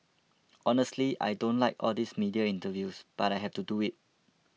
honestly I don't like all these media interviews but I have to do it